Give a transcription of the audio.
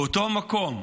באותו מקום,